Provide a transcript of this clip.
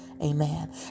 Amen